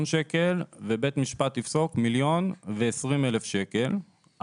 שקלים ובית משפט יפסוק מיליון ו-20 אלף שקלים,